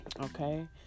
okay